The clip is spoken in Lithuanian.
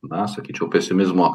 na sakyčiau pesimizmo